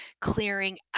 clearing